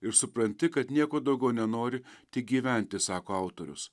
ir supranti kad nieko daugiau nenori tik gyventi sako autorius